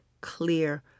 clear